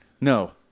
No